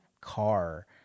car